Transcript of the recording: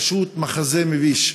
פשוט מחזה מביש.